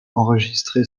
enregistré